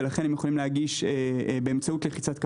ולכן יכולים להגיש באמצעות לחיצת כפתור.